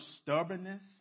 stubbornness